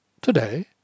Today